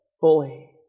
fully